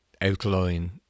outline